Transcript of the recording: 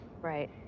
right